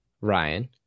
Ryan